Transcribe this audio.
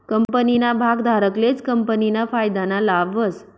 कंपनीना भागधारकलेच कंपनीना फायदाना लाभ व्हस